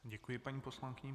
Děkuji paní poslankyni.